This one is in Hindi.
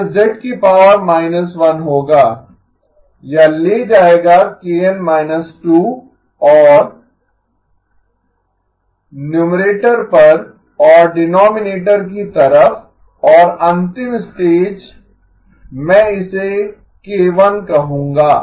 यह z 1 होगा यह ले जाएगा kN 2 और न्यूमरेटर पर और डीनोमीनेटर की तरफ और अंतिम स्टेज मैं इसे k1 कहूंगा